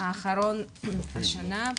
האחרון השנה,